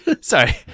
Sorry